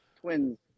twins